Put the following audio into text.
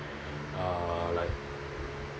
uh like